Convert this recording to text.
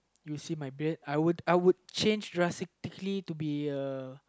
you see my bed I would I would change drastically to be a